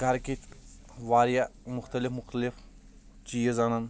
گَرٕ کِتھۍ واریاہ مُختٕلِف مُختٕلِف چیٖز اَنان